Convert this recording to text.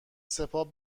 سپاه